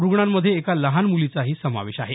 रुग्णांमध्ये एका लहान मुलीचा समावेश आहे